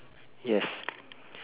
yes